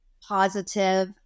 positive